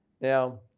Now